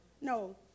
No